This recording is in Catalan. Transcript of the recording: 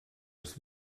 els